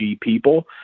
people